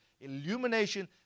illumination